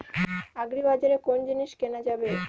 আগ্রিবাজারে কোন জিনিস কেনা যাবে?